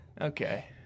Okay